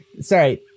sorry